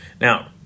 Now